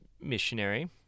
missionary